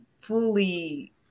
fully